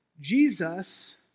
Jesus